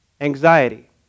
anxiety